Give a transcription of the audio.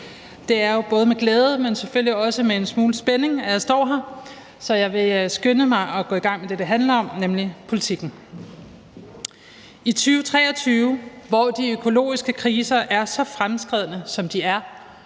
Det er jo både med glæde, men selvfølgelig også med en smule spænding, at jeg står her, så jeg vil skynde mig at gå i gang med det, det handler om, nemlig politikken. I 2023, hvor de økologiske kriser er så fremskredne, som de er,